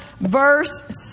verse